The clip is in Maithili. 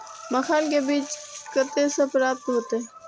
मखान के बीज कते से प्राप्त हैते?